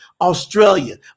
Australia